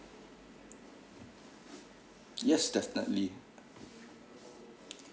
yes definitely